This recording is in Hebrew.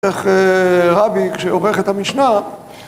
רבי, כשעורך את המשנה